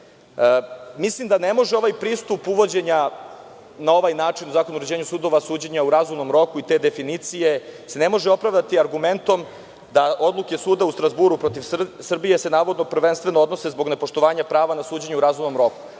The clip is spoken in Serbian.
da se ne može ovaj pristup uvođenja na ovaj način u Zakon o uređenju sudova suđenja u razumnom roku i te definicije opravdati argumentom da odluke Suda u Strazburu protiv Srbije se, navodno, prvenstveno odnose zbog nepoštovanja prava na suđenje u razumnom roku.